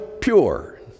pure